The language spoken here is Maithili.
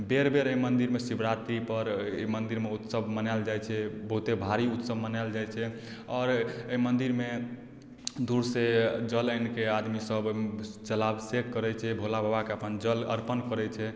बेर बेर अइ मन्दिरमे शिवरात्रिपर अइ मन्दिरमे उत्सव मनायल जाइ छै बहुते भारी उत्सव मनायल जाइ छै आओर अइ मन्दिरमे दूर सँ जल आनिके आदमी सब ओइमे जलाभिषेक करय छै भोला बाबाके अपन जल अर्पण करय छै